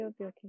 okay